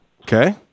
okay